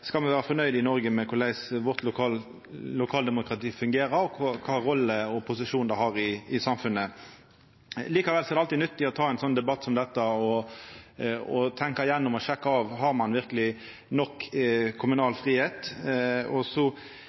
skal me vera fornøgde i Noreg med korleis vårt lokaldemokrati fungerer og kva rolle og posisjon det har i samfunnet. Likevel er det alltid nyttig å ta ein slik debatt som dette og tenkja gjennom og sjekka av: Har ein verkeleg nok kommunal fridom? Og